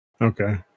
Okay